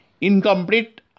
incomplete